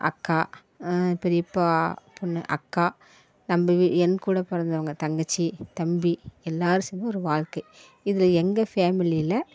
அக்கா பெரியப்பா பொண்ணு அக்கா நம்ம என்கூட பிறந்தவங்க தங்கச்சி தம்பி எல்லோரும் சேர்ந்து ஒரு வாழ்க்கை இதில் எங்கள் ஃபேமிலியில்